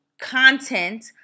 content